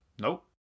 Nope